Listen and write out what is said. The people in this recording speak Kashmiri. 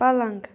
پلنٛگ